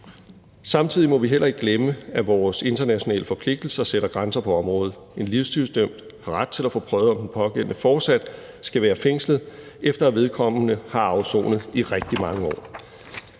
Samtidig må vi heller ikke glemme, at vores internationale forpligtelser sætter grænser på området. En livstidsdømt har ret til at få prøvet, om den pågældende fortsat skal være fængslet, efter at vedkommende har afsonet i rigtig mange år.